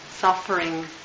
suffering